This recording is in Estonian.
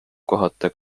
kohata